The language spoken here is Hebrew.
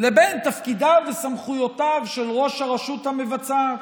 ובין תפקידיו וסמכויותיו של ראש הרשות המבצעת,